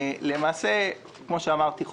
כפי שאמרתי,